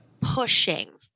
pushing